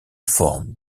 formes